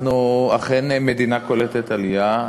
אנחנו אכן מדינה קולטת עלייה.